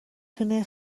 تونه